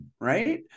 Right